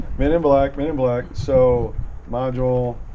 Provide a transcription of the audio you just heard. men in black, men in black. so module